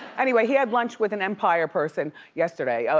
anyway, he had lunch with an empire person yesterday,